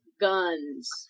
guns